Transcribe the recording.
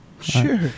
Sure